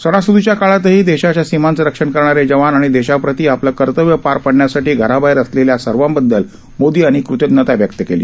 सणासुदीच्या काळातही देशाच्या सीमांचं रक्षण करणारे जवान आणि देशाप्रती आपलं कर्तव्य पार पाडण्यासाठी घराबाहेर असलेल्या सर्वांबददल मोदी यांनी कृतज्ञता व्यक्त केली